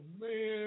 man